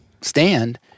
stand